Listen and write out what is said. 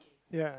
ya